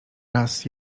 raz